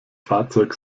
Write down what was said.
fahrzeug